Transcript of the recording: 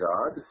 God